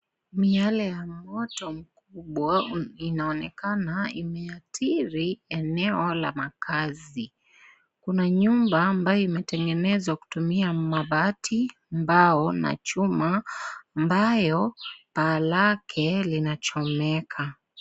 "Miali ya moto mkubwa inaonekana imeathiri eneo la makazi. Kuna nyumba ambayo imetengenezwa kwa kutumia mabati, mbao na chuma, ambayo paa lake linawaka moto."